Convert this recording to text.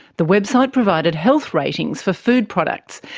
the website provided health ratings for food products,